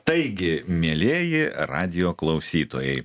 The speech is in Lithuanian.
taigi mielieji radijo klausytojai